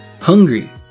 Hungry